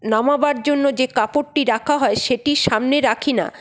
নামাবার জন্য যে কাপড়টি রাখা হয় সেটি সামনে রাখি না